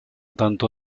tanto